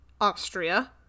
Austria